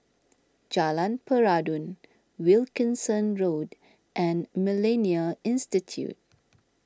Jalan Peradun Wilkinson Road and Millennia Institute